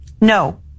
No